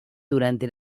durante